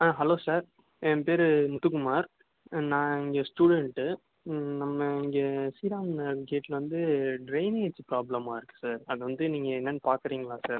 ஆ hello sir என் பேர் முத்துக்குமார் நான் இங்கே ஸ்டூடண்ட்டு நம்ம இங்கே ஸ்ரீராம் நகர் கேட்டில் வந்து ட்ரைனேஜ் ப்ராபளமாக இருக்குது சார் அதை வந்து நீங்கள் என்னென்னு பார்க்குறீங்களா சார்